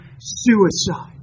suicide